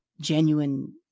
genuine